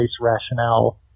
rationale